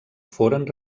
foren